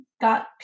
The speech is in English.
got